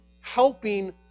helping